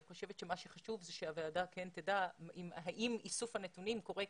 אני חושבת שמה שחשוב זה שהוועדה כן תדע האם איסוף הנתונים קורה.